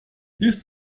this